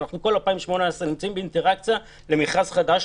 כל 2018 אנחנו יוצאים לאינטראקציה למכרז חדש.